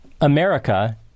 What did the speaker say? America